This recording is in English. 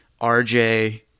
RJ